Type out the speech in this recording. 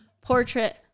portrait